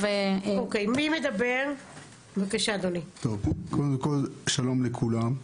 שלום לכולם.